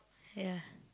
ya